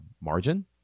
margin